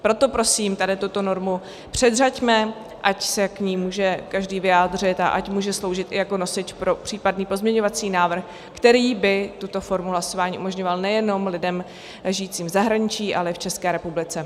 Proto prosím tady tuto normu předřaďme, ať se k ní může každý vyjádřit a ať může sloužit i jako nosič pro případný pozměňovací návrh, který by tuto formu hlasování umožňoval nejenom lidem žijícím v zahraničí, ale i v České republice.